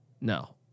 no